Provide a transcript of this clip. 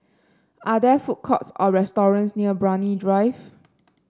are there food courts or restaurants near Brani Drive